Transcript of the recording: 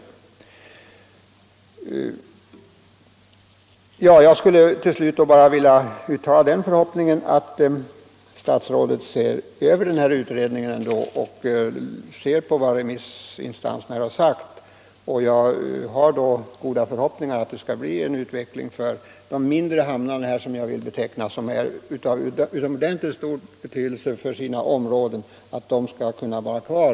175 Jag skulle till slut bara uttala den förhoppningen att statsrådet ser över den här utredningen och beaktar vad remissinstanserna har sagt. Jag har då goda förhoppningar om att de mindre hamnarna, som är av utomordentligt stor betydelse för sina områden, skall kunna vara kvar.